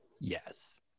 yes